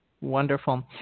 Wonderful